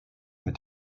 mit